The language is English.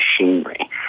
machinery